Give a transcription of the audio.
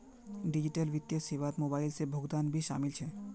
digital वित्तीय सेवात mobile से भुगतान भी शामिल छे